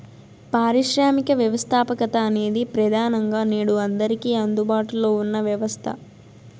పారిశ్రామిక వ్యవస్థాపకత అనేది ప్రెదానంగా నేడు అందరికీ అందుబాటులో ఉన్న వ్యవస్థ